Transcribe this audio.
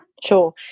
Sure